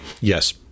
Yes